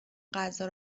غذا